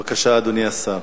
בבקשה, אדוני השר.